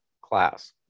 class